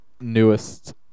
newest